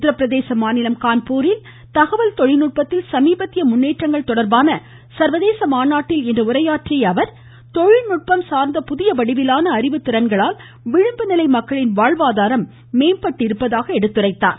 உத்தரப்பிரதேச மாநிலம் கான்பூரில் தகவல் தொழில்நுட்பத்தில் சமீபத்திய முன்னேற்றங்கள் தொடர்பான சர்வதேச மாநாட்டில் இன்று உரையாற்றிய அவர் தொழில்நுட்பம் சார்ந்த புதிய வடிவிலான அறிவுத் திறன்களால் விளிம்புநிலை மக்களின் வாழ்வாதாரமும் மேம்பட்டிருப்பதாக எடுத்துரைத்தார்